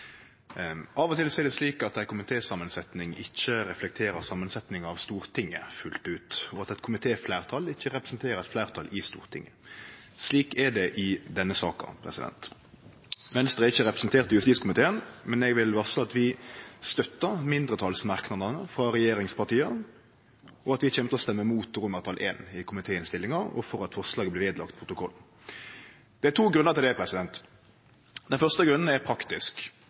Av og til er det slik at komitésamansetjinga ikkje reflekterer samansetjinga av Stortinget fullt ut, og at eit komitéfleirtal ikkje representerer eit fleirtal i Stortinget. Slik er det i denne saka. Venstre er ikkje representert i justiskomiteen, men eg vil varsle at vi støttar mindretalsmerknadene frå regjeringspartia, og at vi kjem til å stemme imot I i komitéinnstillinga og for at forslaget blir vedlagt protokollen. Det er to grunnar til det. Den første grunnen er praktisk.